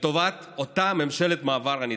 לטובת אותה ממשלת המעבר הנצחית.